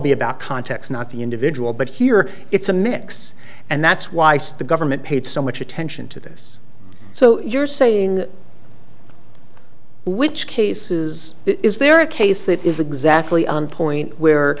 be about context not the individual but here it's a mix and that's why the government paid so much attention to this so you're saying which cases is there a case that is exactly on point where